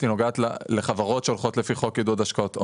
אלא לחברות שהולכות לפי חוק עידוד השקעות הון.